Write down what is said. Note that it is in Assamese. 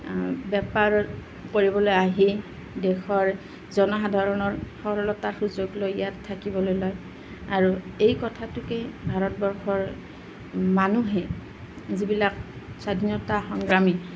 বেপাৰ কৰিবলৈ আহি দেশৰ জনসাধাৰণৰ সৰলতাৰ সুযোগ লৈ ইয়াত থাকিবলৈ লয় আৰু এই কথাতোকে ভাৰতবৰ্ষৰ মানুহে যিবিলাক স্বাধীনতা সংগ্ৰামী